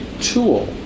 tool